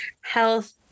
health